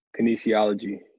Kinesiology